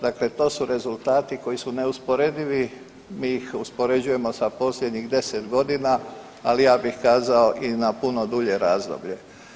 Dakle, to su rezultati koji su neusporedivi, mi ih uspoređujemo sa posljednjih 10.g., ali ja bih kazao i na puno dulje razdoblje.